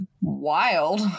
wild